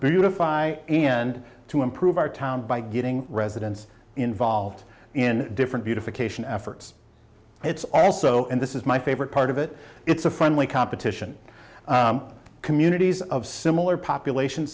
beautify and to improve our town by getting residents involved in different beautification efforts it's also and this is my favorite part of it it's a friendly competition communities of similar population